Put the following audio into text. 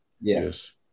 Yes